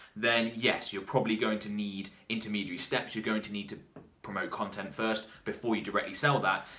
then yes you're probably going to need intermediary steps. you're going to need to promote content first before you directly sell that.